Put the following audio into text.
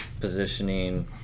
positioning